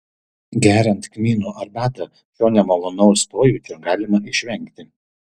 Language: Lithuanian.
geriant kmynų arbatą šio nemalonaus pojūčio galima išvengti